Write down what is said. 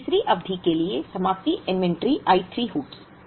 अब तीसरी अवधि के लिए समाप्ति इन्वेंटरी I 3 होगी